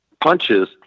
punches